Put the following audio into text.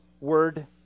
word